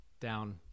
down